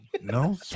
No